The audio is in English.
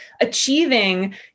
achieving